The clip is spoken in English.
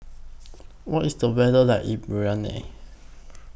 What IS The weather like in Bahrain